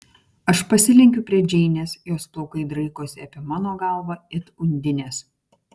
aš pasilenkiu prie džeinės jos plaukai draikosi apie mano galvą it undinės